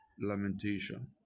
Lamentation